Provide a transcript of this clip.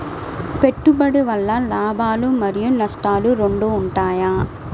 పెట్టుబడి వల్ల లాభాలు మరియు నష్టాలు రెండు ఉంటాయా?